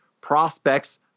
Prospects